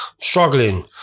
struggling